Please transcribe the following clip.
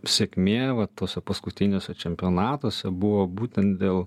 sėkmė va tuose paskutiniuose čempionatuose buvo būtent dėl